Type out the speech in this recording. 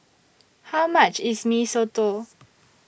How much IS Mee Soto